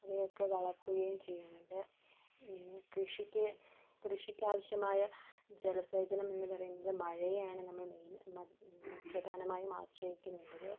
ഇവയൊക്കെ വളർത്തുകയും ചെയ്യുന്നുണ്ട് കൃഷിക്ക് കൃഷിക്ക് ആവശ്യമായ ജലസേചനം എന്നുപറയുന്നത് മഴയെയാണ് നമ്മൾ മെയിൻ പ്രധാനമായും ആശ്രയിക്കുന്നുള്ളത്